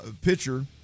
pitcher